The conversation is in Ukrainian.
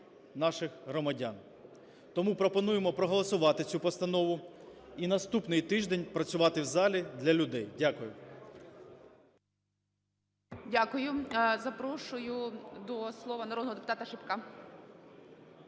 наших громадян. Тому пропонуємо проголосувати цю постанову і наступний тиждень працювати в залі для людей. Дякую.